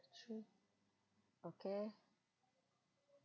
sure okay